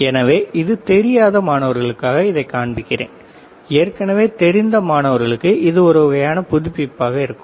எனவே இது தெரியாத மாணவர்களுக்காக இதை காண்பிக்கிறேன் ஏற்கனவே தெரிந்த மாணவர்களுக்கு இது ஒரு வகையான புதுப்பிப்பாக இருக்கும்